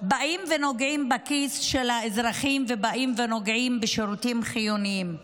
באים ונוגעים בכיס של האזרחים ונוגעים בשירותים חיוניים.